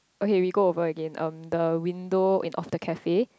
okay we go over again um the window in of the cafe